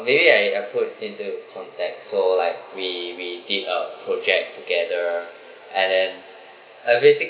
maybe I approach him to contact so like we we did a project together and then uh basically